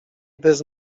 bez